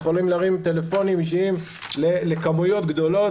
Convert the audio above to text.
יכולים להרים טלפונים אישיים לכמויות גדולות